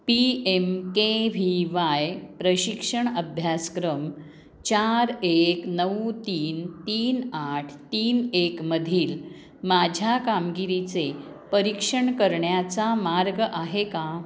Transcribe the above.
P M K V Y प्रशिक्षण अभ्यासक्रम चार एक नऊ तीन तीन आठ तीन एक मधील माझ्या कामगिरीचे परीक्षण करण्याचा मार्ग आहे का